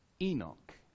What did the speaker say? Enoch